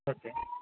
okay